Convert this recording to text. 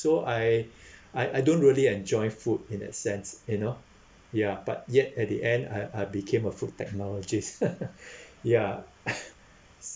so I I I don't really enjoy food in that sense you know ya but yet at the end I I became a food technologist ya